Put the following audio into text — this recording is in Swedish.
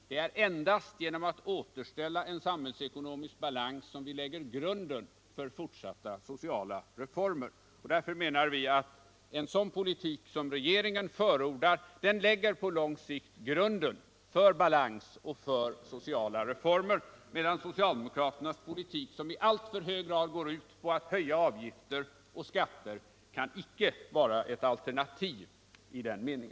Det är endast genom att återställa den samhällsekonomiska balansen som vi kan lägga grunden till fortsatta sociala reformer, och vi menar att den politik som regeringen förordar på lång sikt verkligen lägger grunden för balans och för sociala reformer, medan socialdemokraternas politik, som i alltför hög grad går ut på att höja avgifter och skatter, icke kan vara ett alternativ i denna mening.